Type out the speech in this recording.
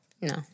No